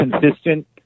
consistent